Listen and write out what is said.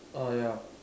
ah ya